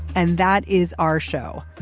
and that is our show.